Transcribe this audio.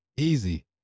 easy